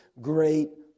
great